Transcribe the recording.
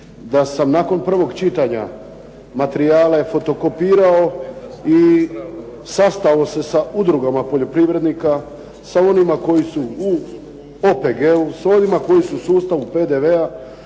da sam nakon 1. čitanja, materijala fotokopirao i sastao se sa udrugama poljoprivrednika, sa onima koji su u …/Govornik se ne razumije./… s onima koji su u sustavu PDV-a,